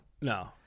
No